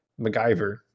MacGyver